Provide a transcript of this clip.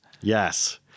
Yes